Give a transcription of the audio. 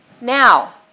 Now